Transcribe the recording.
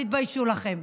תתביישו לכם.